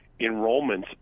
enrollments